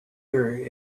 clear